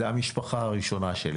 זה המשפחה הראשונה שלי